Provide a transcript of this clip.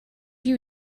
you